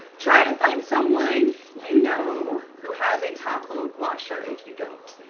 try to find someone you know who has a top load washer if you don't.